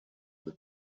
the